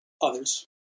others